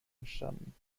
entstanden